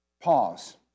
pause